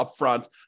upfront